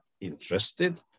interested